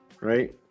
right